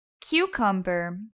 Cucumber